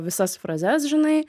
visas frazes žinai